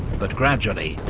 but gradually,